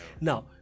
Now